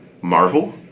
Marvel